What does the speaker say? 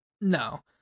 No